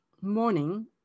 morning